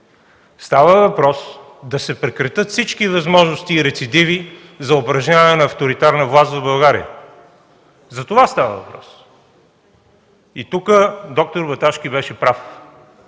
Става въпрос да се прекратят всички възможности и рецидиви за упражняване на авторитарна власт в България. За това става въпрос. Тук д-р Баташки беше прав